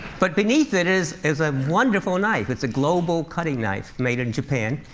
but beneath it is is a wonderful knife. it's a global cutting knife made in japan.